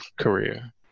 career